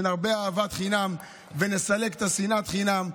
שנרבה אהבת חינם ונסלק את שנאת החינם.